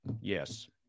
Yes